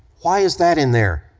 why is that in there,